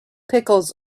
pickles